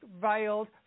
veiled